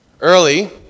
Early